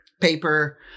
paper